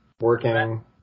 Working